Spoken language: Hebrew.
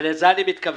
לזה אני מתכוון.